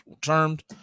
termed